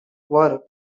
work